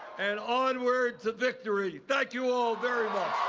and onward to victory. thank you all very much.